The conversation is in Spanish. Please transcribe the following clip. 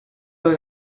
los